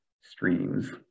streams